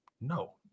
No